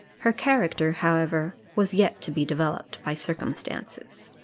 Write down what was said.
her character, however was yet to be developed by circumstances.